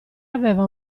aveva